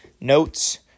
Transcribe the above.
notes